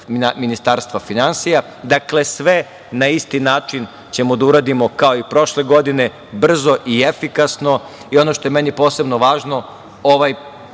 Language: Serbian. Ministarstva finansija. Dakle, sve na isti način ćemo da uradimo, kao i prošle godine, brzo i efikasno. Ono što je meni posebno važno, ovaj